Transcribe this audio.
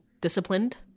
disciplined